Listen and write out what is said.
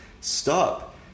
stop